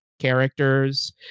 characters